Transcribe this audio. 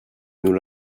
nous